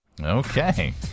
Okay